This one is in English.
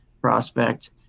prospect